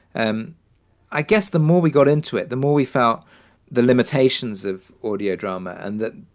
um i guess the more we got into it, the more we felt the limitations of audio drama and that,